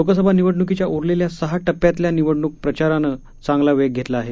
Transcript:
लोकसभा निवडणुकीच्या उरलेल्या सहा टप्प्यातल्या निवडणुकीत प्रचारानं चांगलाच वेग घेतला आहे